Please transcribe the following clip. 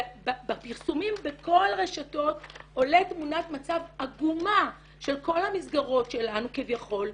ובפרסומים בכל הרשתות עולה תמונת מצב עגומה של כל המסגרות שלנו כביכול.